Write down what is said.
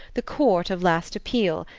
the court of last appeal,